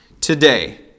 today